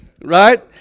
Right